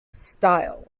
style